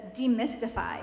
demystify